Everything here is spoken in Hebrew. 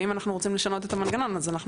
ואם אנחנו רוצים לשנות את המנגנון אז אנחנו